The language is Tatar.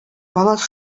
палас